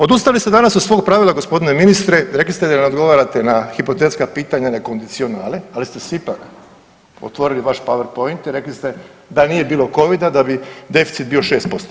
Odustali ste danas od svog pravila g. ministrice, rekli ste da ne odgovarate na hipotetska pitanja na kondicionale, ali ste ipak otvorili vaš PowerPoint i rekli ste da nije bilo covida da bi deficit bio 6%